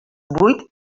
vuit